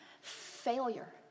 failure